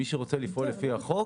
מי שרוצה לפעול לפי החוק,